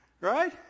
Right